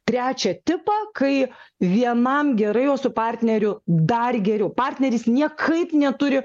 trečią tipą kai vienam gerai o su partneriu dar geriau partneris niekaip neturi